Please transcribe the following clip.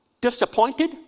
disappointed